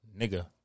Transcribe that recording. nigga